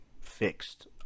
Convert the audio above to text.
fixed